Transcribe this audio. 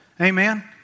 Amen